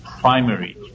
primary